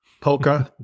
Polka